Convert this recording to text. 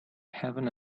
having